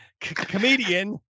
Comedian